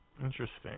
Interesting